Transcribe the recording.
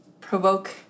provoke